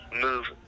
move